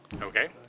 Okay